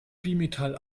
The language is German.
bimetall